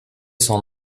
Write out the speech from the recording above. son